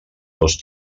dos